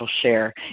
share